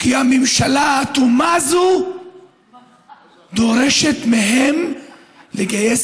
כי הממשלה האטומה הזאת דורשת מהם לגייס